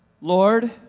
Lord